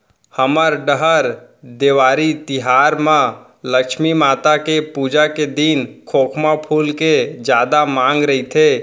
हमर डहर देवारी तिहार म लक्छमी माता के पूजा के दिन खोखमा फूल के जादा मांग रइथे